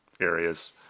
areas